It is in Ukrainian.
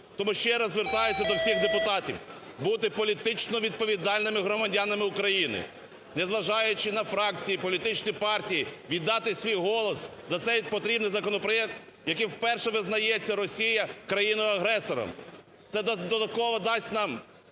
Тому ще раз звертаюся до всіх депутатів, бути політично відповідальними громадянами України, не зважаючи на фракції, політичні партії, віддати свій голос за цей потрібний законопроект, яким вперше визнається Росія країною-агресором. Це додатково дасть нам